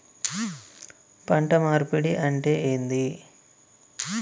పంట మార్పిడి అంటే ఏంది?